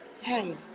Hey